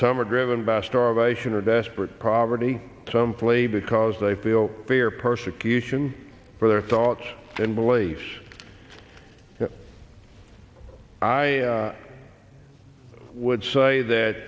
are driven by starvation or desperate poverty some play because they feel fear persecution for their thoughts and beliefs i would say that